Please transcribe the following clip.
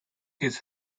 his